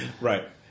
right